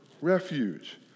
refuge